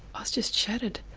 was just shattered,